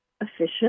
efficient